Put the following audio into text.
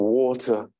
water